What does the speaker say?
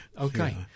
Okay